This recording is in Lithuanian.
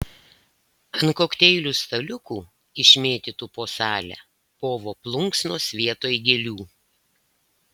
ant kokteilių staliukų išmėtytų po salę povo plunksnos vietoj gėlių